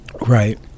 Right